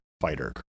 fighter